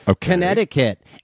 Connecticut